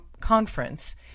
conference